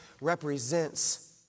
represents